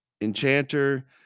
Enchanter